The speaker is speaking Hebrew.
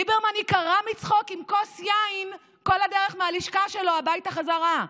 ליברמן ייקרע מצחוק עם כוס יין כל הדרך מהלשכה שלו הביתה חזרה.